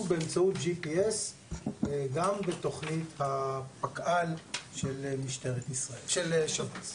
באמצעות JPS גם בתוכנית הפקא"ל של שב"ס.